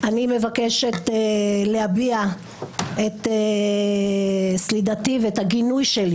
אני מבקשת להביע את סלידתי ואת הגינוי שלי